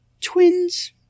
twins